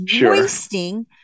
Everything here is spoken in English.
wasting